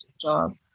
job